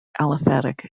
aliphatic